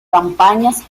campañas